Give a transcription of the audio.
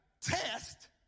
Test